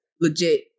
legit